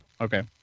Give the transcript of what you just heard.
Okay